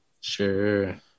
Sure